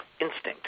instinct